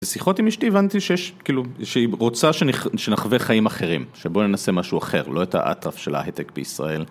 בשיחות עם אשתי הבנתי שהיא רוצה שנחווה חיים אחרים שבוא ננסה משהו אחר, לא את האטרף של ההייטק בישראל